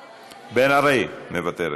מוותרת,